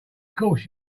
course